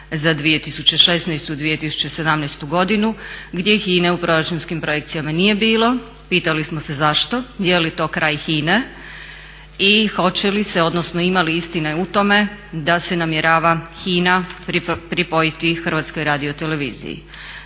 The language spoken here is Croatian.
za 2016. i 2017. godinu, gdje HINA-e u proračunskim projekcijama nije bilo. Pitali smo se zašto, je li to kraj HINA-e i hoće li se, odnosno ima li istine u tome da se namjerava HINA pripojiti Hrvatskoj radio televiziji.